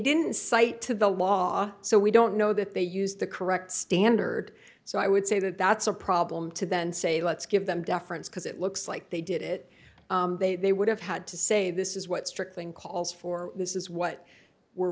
didn't cite to the law so we don't know that they used the correct standard so i would say that that's a problem to then say let's give them deference because it looks like they did it they would have had to say this is what strict thing calls for this is what we're